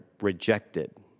rejected